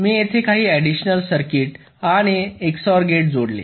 मी येथे काही additional circuit आणि XOR गेट जोडले